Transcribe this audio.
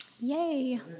Yay